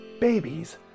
babies